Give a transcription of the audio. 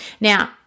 Now